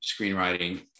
screenwriting